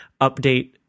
update